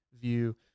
view